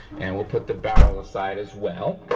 and we'll put the barrel aside as well.